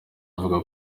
avuga